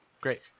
Great